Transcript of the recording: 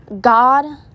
God